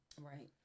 Right